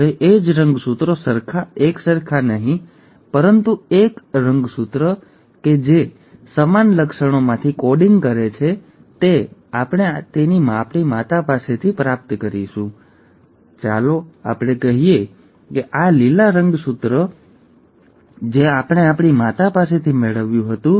હવે એ જ રંગસૂત્રો એકસરખા નહીં પરંતુ એક રંગસૂત્ર કે જે સમાન લક્ષણોમાંથી કોડિંગ કરે છે તે આપણે તેને આપણી માતા પાસેથી પણ પ્રાપ્ત કરીશું બરાબર તેથી ચાલો આપણે કહીએ કે આ લીલા રંગસૂત્રો એક રંગસૂત્ર હતું જે આપણે આપણી માતા પાસેથી મેળવ્યું હતું